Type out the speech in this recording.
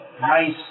nice